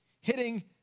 hitting